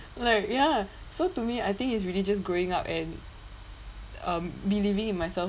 like ya so to me I think it's really just growing up and um believing in myself